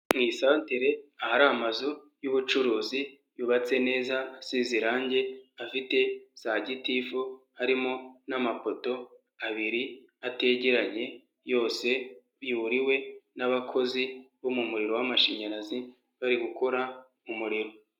Mu isantere ahari amazu y'ubucuruzi yubatse neza asize irangi, afite za gitifu, harimo n'amapoto abiri ategeranye yose, yuriwe n'abakozi bo mu muriro w'amashanyarazi bari gukora umuriro.